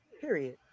period